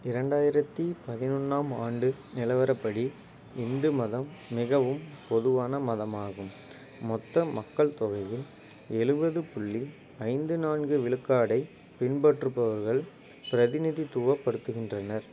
இரண்டாயிரத்தி பதினொன்றாம் ஆண்டு நிலவரப்படி இந்து மதம் மிகவும் பொதுவான மதமாகும் மொத்த மக்கள் தொகையில் எழுபது புள்ளி ஐந்து நான்கு விழுக்காடை பின்பற்றுபவர்கள் பிரதிநிதித்துவப் படுத்துகின்றனர்